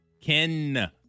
Ken